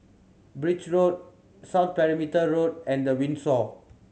Birch Road South Perimeter Road and The Windsor